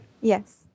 Yes